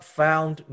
found